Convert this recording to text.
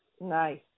Nice